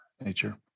nature